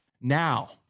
now